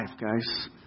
guys